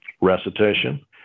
recitation